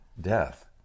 death